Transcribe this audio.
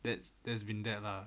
that there's been that lah